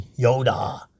Yoda